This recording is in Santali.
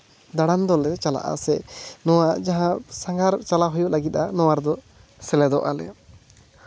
ᱫᱟᱬᱟᱱ ᱫᱚᱞᱮ ᱪᱟᱞᱟᱜᱼᱟ ᱥᱮ ᱱᱚᱣᱟ ᱡᱟᱦᱟᱸ ᱥᱟᱸᱜᱷᱟᱨ ᱪᱟᱞᱟᱜ ᱦᱩᱭᱩᱜ ᱞᱟᱹᱜᱤᱫᱼᱟ ᱱᱚᱣᱟ ᱨᱮᱫᱚ ᱥᱮᱞᱮᱫᱚᱜᱼᱟ ᱞᱮ